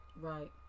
Right